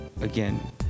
again